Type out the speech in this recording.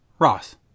Ross